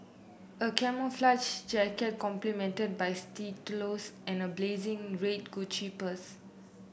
a camouflage jacket complemented by stilettos and a blazing red Gucci purse